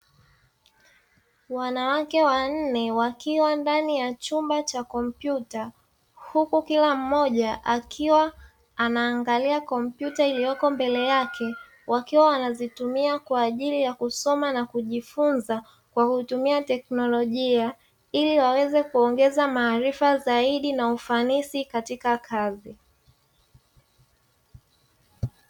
Wanawake wanne wakiwa ndani ya chumba cha kompyuta, huku kila mmoja akiwa anaangalia kompyuta iliyoko mbele yake, wakiwa wanazitumia kwa ajili ya kusoma na kujifunza kwa kutumia teknolojia ili waweze kuongeza maarifa zaidi na ufanisi katika kazi.